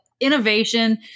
innovation